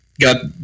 got